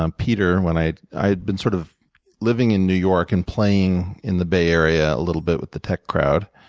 um peter when i i had been sort of living in new york and playing in the bay area a little bit with the tech crowd.